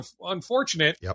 unfortunate